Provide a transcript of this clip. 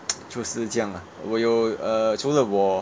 就是这样 lah 我有 uh 除了我